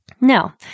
Now